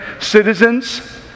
citizens